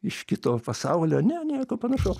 iš kito pasaulio ne nieko panašaus